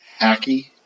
hacky